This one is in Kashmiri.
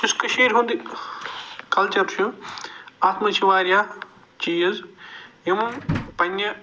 یُس کٔشیٖرِ ہُنٛد کلچر چھُ اتھ منٛز چھِ وارِیاہ چیٖز یِم پنٛنہِ